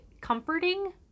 comforting